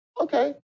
Okay